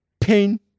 pain